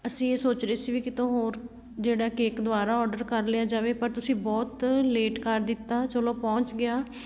ਅਸੀਂ ਇਹ ਸੋਚ ਰਹੇ ਸੀ ਵੀ ਕਿਤੋਂ ਹੋਰ ਜਿਹੜਾ ਕੇਕ ਦੁਬਾਰਾ ਔਡਰ ਕਰ ਲਿਆ ਜਾਵੇ ਪਰ ਤੁਸੀਂ ਬਹੁਤ ਲੇਟ ਕਰ ਦਿੱਤਾ ਚਲੋ ਪਹੁੰਚ ਗਿਆ